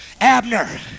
Abner